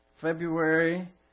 February